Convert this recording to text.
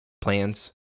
plans